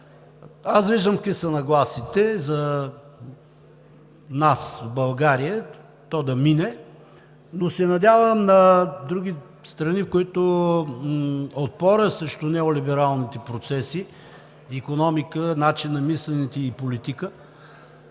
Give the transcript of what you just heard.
Аз виждам какви са нагласите за нас в България то да мине. Но се надявам на други страни, в които отпорът срещу неолибералните процеси: икономика, начин на мислене и политика,